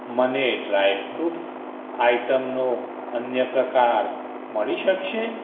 મને ડ્રાયફ્રૂટ્સ આઇટમનો અન્ય પ્રકાર મળી શકશે